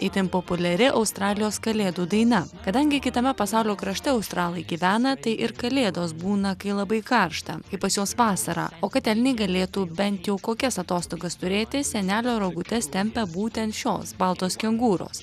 itin populiari australijos kalėdų daina kadangi kitame pasaulio krašte australai gyvena tai ir kalėdos būna kai labai karšta kai pas juos vasarą o kad elniai galėtų bent jau kokias atostogas turėti senelio rogutes tempia būtent šios baltos kengūros